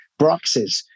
bruxes